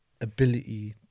ability